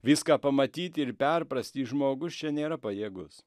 viską pamatyti ir perprasti žmogus čia nėra pajėgus